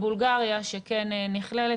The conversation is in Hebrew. בולגריה שכן נכללת.